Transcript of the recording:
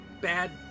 bad